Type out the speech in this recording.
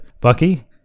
Bucky